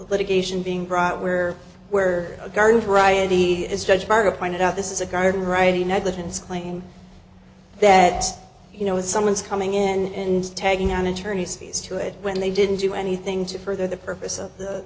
litigation being brought where where a garden variety is judge fargo pointed out this is a garden variety negligence claim that you know someone's coming in and taking on attorney's fees to it when they didn't do anything to further the purpose of